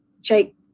Jake